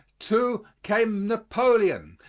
too, came napoleon,